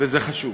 וזה חשוב.